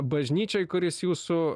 bažnyčioj kuris jūsų